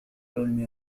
حلمي